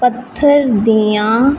ਪੱਥਰ ਦੀਆਂ